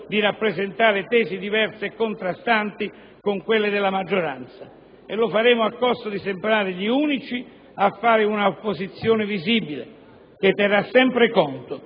di rappresentare tesi diverse e contrastanti con quelle della maggioranza. E lo faremo a costo di sembrare gli unici a fare un'opposizione visibile, che terrà sempre conto